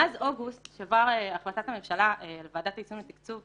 מאז אוגוסט שעברה החלטת הממשלה על ועדת היישום לתקצוב,